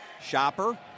Shopper